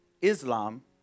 Islam